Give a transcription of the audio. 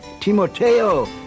Timoteo